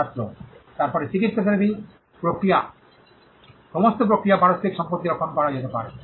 ছাত্র তারপরে চিকিত্সা থেরাপি প্রক্রিয়া প্রক্রিয়া সমস্ত প্রক্রিয়া পারস্পরিক সম্পত্তি সংরক্ষণ করা যেতে পারে